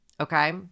Okay